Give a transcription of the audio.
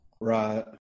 Right